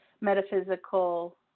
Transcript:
metaphysical